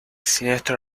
siniestro